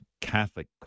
Catholic